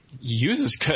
uses